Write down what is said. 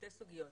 שתי סוגיות.